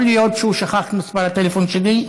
יכול להיות שהוא שכח את מספר הטלפון שלי.